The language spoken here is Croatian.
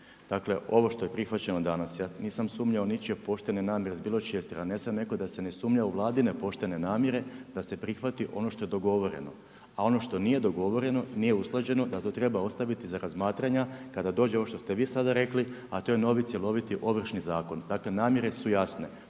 Dakle ovo što je prihvaćeno danas, ja nisam sumnjao u ničije poštene namjere s bilo čije strane, ja sam rekao da se ne sumnja u vladine poštene namjere, da se prihvati ono što je dogovoreno. A ono što nije dogovoreno, nije usklađeno da to treba ostaviti za razmatranja kada dođe ovo što ste vi sada rekli, a to je novi cjeloviti ovršni zakon, dakle namjere su jasne.